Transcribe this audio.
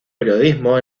periodismo